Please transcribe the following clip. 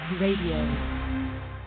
Radio